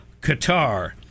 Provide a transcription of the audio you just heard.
Qatar